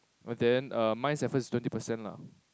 but then err mine is at first twenty percent lah